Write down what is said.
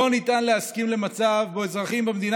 לא ניתן להסכים למצב שבו אזרחים במדינה